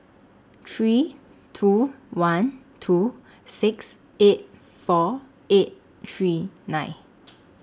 three two one two six eight four eight three nine